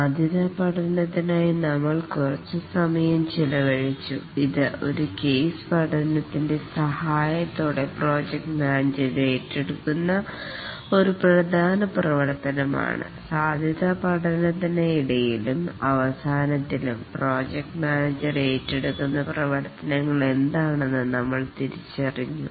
സാധ്യതാ പഠനത്തിനായി നമ്മൾ കുറച്ചു സമയം ചിലവഴിച്ചു ഇത് ഒരു കേസ് പഠനത്തിൻറെ സഹായത്തോടെ പ്രോജക്ട് മാനേജർ ഏറ്റെടുക്കുന്ന ഒരു പ്രധാന പ്രവർത്തനമാണ് സാധ്യതാ പഠനത്തിന് ഇടയിലും അവസാനത്തിലും പ്രോജക്ട് മാനേജർ ഏറ്റെടുക്കുന്ന പ്രവർത്തനങ്ങൾ എന്താണെന്ന് നമ്മൾ തിരിച്ചറിഞ്ഞു